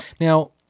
Now